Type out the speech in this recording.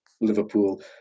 Liverpool